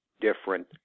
different